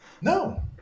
No